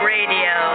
Radio